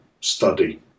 study